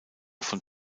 von